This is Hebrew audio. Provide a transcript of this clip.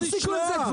תפסיקו עם זה.